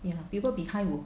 people behind will